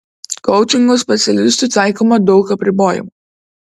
koučingo specialistui taikoma daug apribojimų